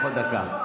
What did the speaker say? תהיה לך עוד דקה.